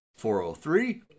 403